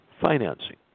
financing